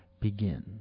begin